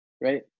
right